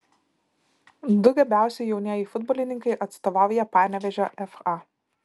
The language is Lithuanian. du gabiausi jaunieji futbolininkai atstovauja panevėžio fa